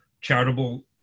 charitable